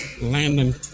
Landon